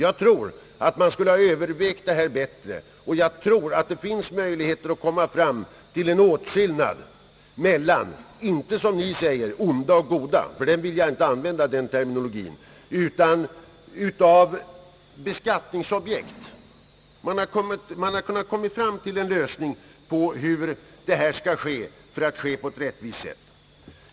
Detta borde ha övervägts bättre, och det finns säkert möjlighet att komma fram till en åtskillnad mellan, inte onda och goda människor — den terminologin vill jag inte använda — utan olika beskattningsobjekt. Man hade kunnat lösa detta på ett riktigare sätt.